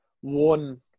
one